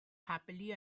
happily